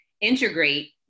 integrate